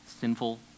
sinful